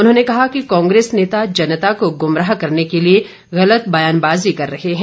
उन्होंने कहा कि कांग्रेस नेता जनता को गुमराह करने के लिए गलत ब्यानबाजी कर रहे हैं